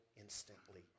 instantly